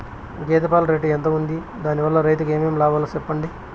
గేదె పాలు రేటు ఎంత వుంది? దాని వల్ల రైతుకు ఏమేం లాభాలు సెప్పండి?